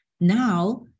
Now